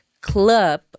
club